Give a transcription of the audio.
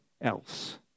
else